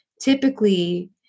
Typically